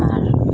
ᱟᱨ